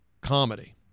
comedy